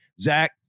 Zach